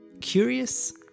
Curious